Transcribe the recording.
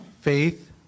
faith